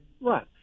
Right